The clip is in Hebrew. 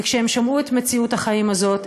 וכשהם שמעו את מציאות החיים הזאת,